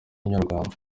inyarwanda